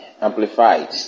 amplified